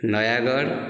Nayagarh